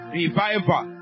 revival